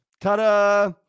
Ta-da